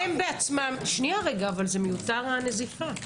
היו"ר מירב בן ארי (יו"ר ועדת ביטחון הפנים): אבל הנזיפה מיותרת.